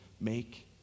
make